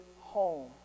home